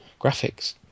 graphics